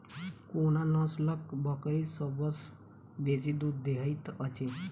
कोन नसलक बकरी सबसँ बेसी दूध देइत अछि?